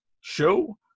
show